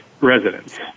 residents